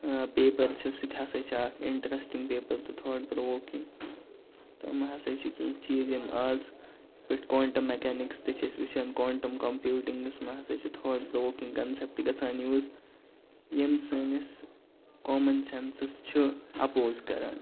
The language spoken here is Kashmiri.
اۭں پیپر چھُ سُہ تہِ ہسا چھُ اَکھ اِنٹرٛسٹِنٛگ پیپر تہِ تھاٹ پرٛووکِنٛگ تہٕ یِم ہسا چھِ کیٚنٛہہ چیٖز یِم آز یِتھ پٲٹھۍ کونٛٹَم میٚکَنِکٕس تہِ چھِ أسۍ وُچھان کَونٛٹَم کَمپیوٗٹِنٛگٕس منٛز ہسا چھِ تھاٹ پرٛووکِنٛگ کَنسیٚپٹہٕ گژھان یوٗز یِم سٲنِس کامَن سیٚنسَس چھِ اَپوز کران